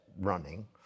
running